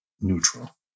neutral